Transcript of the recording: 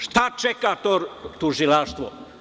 Šta čeka to tužilaštvo?